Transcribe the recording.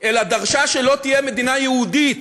אלא דרשה שלא תהיה מדינה יהודית.